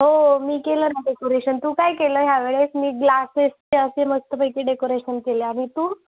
हो मी केलं ना डेकोरेशन तू काय केलं आहे ह्यावेळेस मी ग्लासेसचे असे मस्तपैकी डेकोरेशन केलं आहे आणि तू